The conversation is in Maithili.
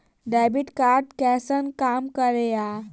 डेबिट कार्ड कैसन काम करेया?